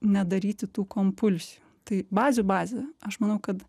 nedaryti tų kompulsijų tai bazių bazė aš manau kad